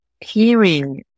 hearing